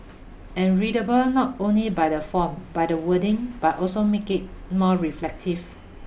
and readable not only by the font by the wordings but also make it more reflective